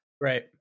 Right